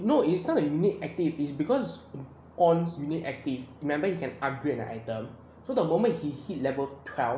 no it's not you need active because ons you need active remember you can upgrade the item so the moment he hit level twelve